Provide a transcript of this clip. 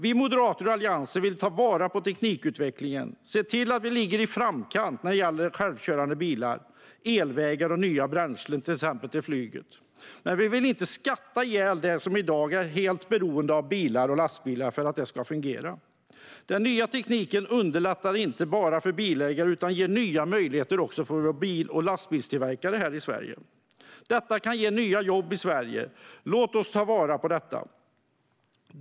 Vi moderater och Alliansen vill ta vara på teknikutvecklingen och se till att vi ligger i framkant när det gäller självkörande bilar, elvägar och nya bränslen till exempelvis flyget, men vi vill inte skatta ihjäl dem som i dag är helt beroende av bilar och lastbilar för att det ska fungera. Den nya tekniken underlättar inte bara för bilägare utan ger nya möjligheter även för våra bil och lastbilstillverkare här i Sverige. Detta kan ge nya jobb i Sverige. Låt oss ta vara på detta!